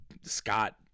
Scott